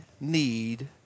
need